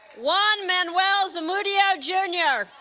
juan manuel zamudio, jr.